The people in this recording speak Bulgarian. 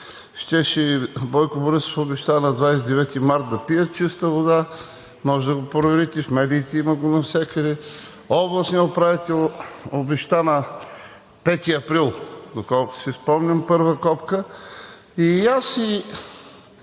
Бойко Борисов обеща на 29 март да пият чиста вода. Може да го проверите в медиите – има го навсякъде. Областният управител обеща на 5 април, доколкото си спомням, първа копка. И аз, и